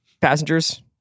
passengers